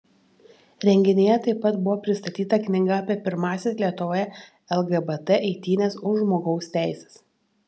renginyje taip pat buvo pristatyta knyga apie pirmąsias lietuvoje lgbt eitynes už žmogaus teises